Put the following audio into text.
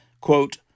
quote